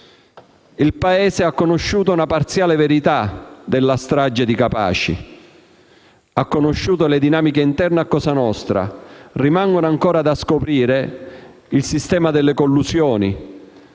Il Paese ha conosciuto una parziale verità della strage di Capaci; ha conosciuto le dinamiche interne a Cosa Nostra. Rimane ancora da scoprire il sistema delle collusioni,